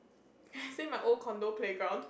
i say my old condo playground